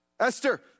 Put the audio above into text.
Esther